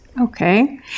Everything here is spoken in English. Okay